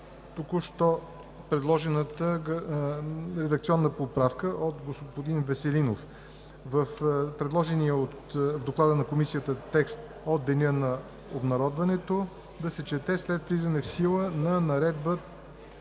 току-що предложената редакционна поправка от господин Веселинов – в предложения в Доклада на Комисията текст „от деня на обнародването“ да се чете „след влизане в сила на Наредбата